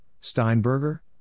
Steinberger